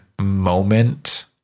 moment